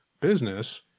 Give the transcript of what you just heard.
business